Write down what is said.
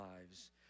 lives